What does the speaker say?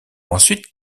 ensuite